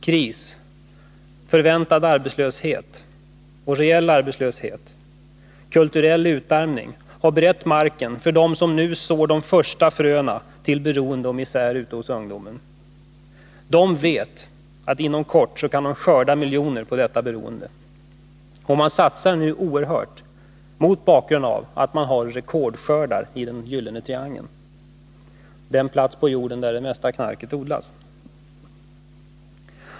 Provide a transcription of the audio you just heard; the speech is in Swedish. Kris, väntad arbetslöshet, reell arbetslöshet och kulturell utarmning har berett marken för dem som nu sår de första fröna till beroende och misär hos ungdomar. De vet att de inom kort kan skörda miljoner på detta beroende, och de satsar nu oerhört, mot bakgrund av rekordskördarna i den ”gyllene triangeln”, den plats på jorden där det mesta knarket odlas.